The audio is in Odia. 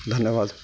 ଧନ୍ୟବାଦ